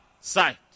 sight